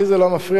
לי זה לא מפריע,